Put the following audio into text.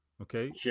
Okay